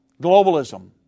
Globalism